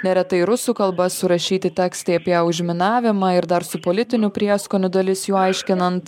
neretai rusų kalba surašyti tekstai apie užminavimą ir dar su politiniu prieskoniu dalis jų aiškinant